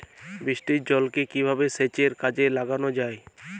বৃষ্টির জলকে কিভাবে সেচের কাজে লাগানো যায়?